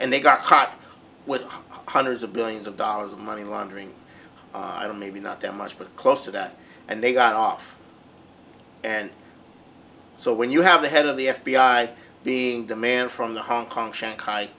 and they got caught with hundreds of billions of dollars of money laundering maybe not that much but close to that and they got off and so when you have the head of the f b i being demand from the hong kong shanghai